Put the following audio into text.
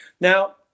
Now